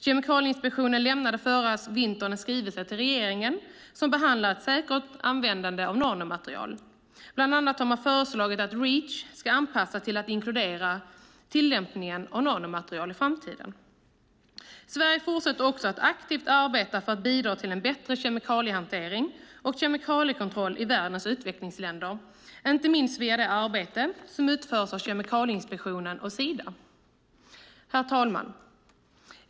Kemikalieinspektionen lämnade förra vintern en skrivelse till regeringen som behandlar ett säkert användande av nanomaterial. Bland annat har man föreslagit att Reach ska anpassas till att inkludera tillämpningen av nanomaterial i framtiden. Sverige fortsätter också att aktivt arbeta för att bidra till en bättre kemikaliehantering och kemikaliekontroll i världens utvecklingsländer, inte minst via det arbete som utförs av Kemikalieinspektionen och Sida. Herr talman!